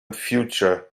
future